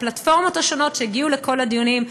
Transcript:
הפלטפורמות השונות שהגיעו לכל הדיונים,